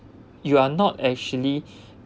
you are not actually